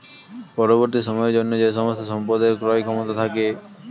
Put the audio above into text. পরবর্তী সময়ের জন্য যে সমস্ত সম্পদের ক্রয় ক্ষমতা থাকে